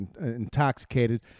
intoxicated